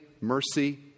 mercy